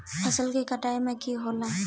फसल के कटाई में की होला?